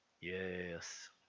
Yes